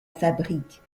fabrique